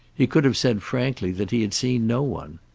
he could have said frankly that he had seen no one.